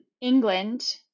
England